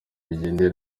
bigendanye